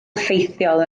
effeithiol